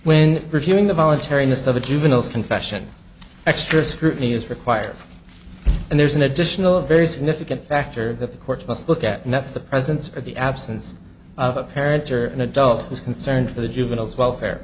reviewing the voluntariness of the juveniles confession extra scrutiny is required and there's an additional very significant factor that the courts must look at and that's the presence of the absence of a parent or an adult was concerned for the juveniles welfare